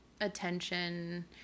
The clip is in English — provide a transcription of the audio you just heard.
attention